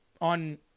on